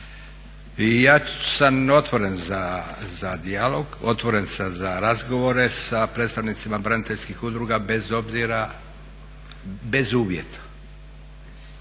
ja sam otvoren za dijalog, otvoren sam za razgovore sa predstavnicima braniteljskih udruga, bez uvjeta.